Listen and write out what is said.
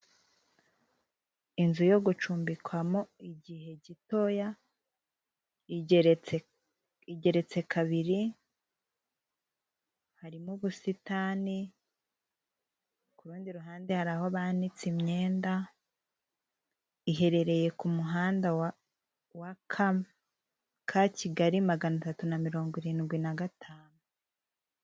Inzu yo gucumbikwamo igihe gitoya igeretse kabiri harimo ubusitani ku rundi ruhande hari aho banitse imyenda, iherereye ku muhanda wa ka ka Kigali maganatatu na mirongo irindwi na gatanu.